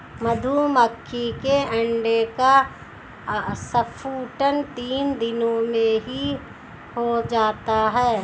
मधुमक्खी के अंडे का स्फुटन तीन दिनों में हो जाता है